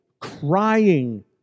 crying